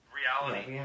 reality